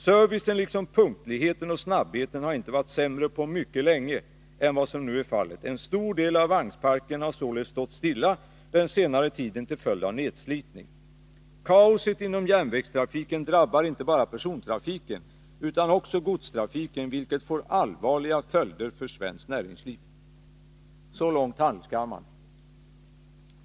Servicen liksom punktligheten och snabbheten har inte varit sämre på mycket länge än vad som nu är fallet. En stor del av vagnparken har sålunda stått stilla den senaste tiden till följd av nedslitning. Kaoset inom järnvägstrafiken drabbar inte bara persontrafiken utan också godstrafiken, vilket får allvarliga följder för svenskt näringsliv. Så långt Stockholms handelskammare.